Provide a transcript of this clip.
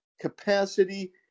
capacity